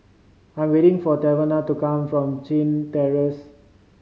I am waiting for Tavon to come from Chin Terrace